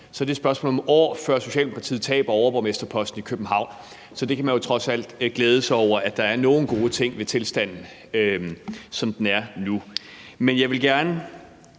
så er det et spørgsmål om år, før Socialdemokratiet taber overborgmesterposten i København. Så man kan trods alt glæde sig over, at der er nogle gode ting ved tilstanden, som den er nu. Men jeg vil egentlig